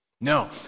No